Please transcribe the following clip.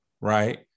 right